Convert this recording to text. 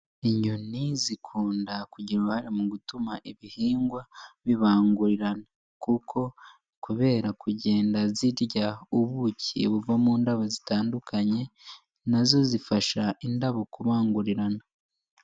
Inyoni zikunda kugira uruhare mu gutuma ibihingwa bibangurirana, kuko kubera kugenda zirya ubuki buva mu ndabo zitandukanye, nazo zifasha indabo kubangurirana.